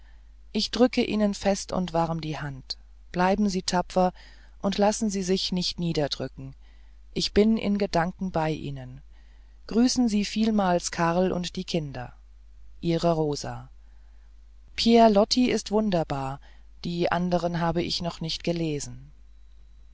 ich drücke ihnen fest und warm die hand bleiben sie tapfer und lassen sie sich nicht niederdrücken ich bin in gedanken bei ihnen grüßen sie vielmals karl und die kinder ihre rosa pierre loti ist wunderbar die andern habe ich noch nicht gelesen